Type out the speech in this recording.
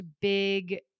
big